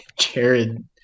Jared